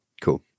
Cool